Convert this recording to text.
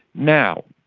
now,